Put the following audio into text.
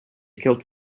killed